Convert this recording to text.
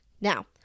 Now